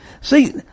See